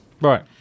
Right